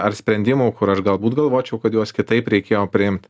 ar sprendimų kur aš galbūt galvočiau kad juos kitaip reikėjo priimt